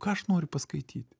ką aš noriu paskaityt